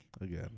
Again